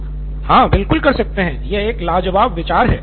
professor हाँ बिलकुल कर सकते हैं यह एक लाजवाब विचार है